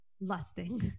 lusting